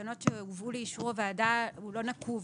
בתקנות שהובאו לאישור הוועדה הוא לא נקוב,